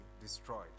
destroyed